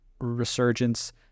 resurgence